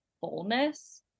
fullness